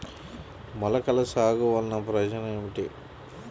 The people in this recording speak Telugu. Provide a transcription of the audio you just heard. మొలకల సాగు వలన ప్రయోజనం ఏమిటీ?